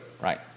right